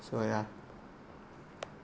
so ya